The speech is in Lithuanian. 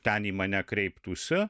ten į mane kreiptųsi